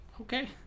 okay